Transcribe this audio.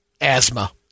asthma